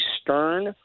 stern